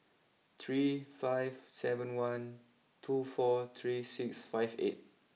three five seven one two four three six five eight